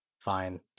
fine